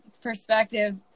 perspective